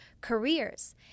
careers